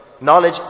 Knowledge